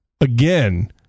again